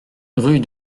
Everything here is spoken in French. rue